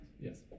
Yes